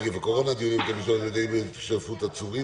נגיף הקורונה החדש) (דיונים בבתי משפט ובבתי דין בהשתתפות עצורים,